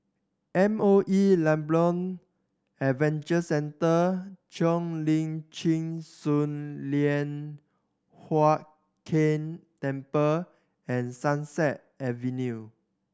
M O E Labrador Adventure Centre Cheo Lim Chin Sun Lian Hup Keng Temple and Sunset Avenue